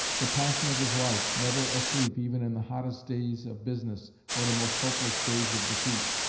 the passion of his life, never asleep even in the hottest days of business or the most hopeless days of defeat,